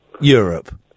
Europe